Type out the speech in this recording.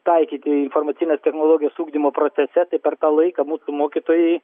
taikyti informacines technologijas ugdymo procese tai per tą laiką mūsų mokytojai